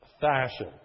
fashion